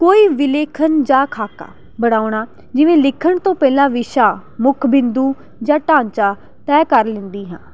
ਕੋਈ ਵਿਲੇਖਣ ਜਾਂ ਖਾਕਾ ਬਣਾਉਣਾ ਜਿਵੇਂ ਲਿਖਣ ਤੋਂ ਪਹਿਲਾਂ ਵਿਸ਼ਾ ਮੁੱਖ ਬਿੰਦੂ ਜਾਂ ਢਾਂਚਾ ਤੈਅ ਕਰ ਲੈਂਦੀ ਹਾਂ